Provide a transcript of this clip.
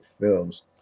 Films